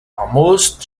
almost